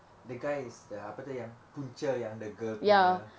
the guy is dia apa tu yang punca yang the girl punya